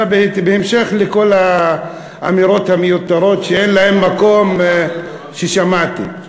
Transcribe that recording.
בהמשך לכל האמירות המיותרות שאין להן מקום ששמעתי.